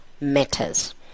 matters